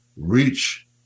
reach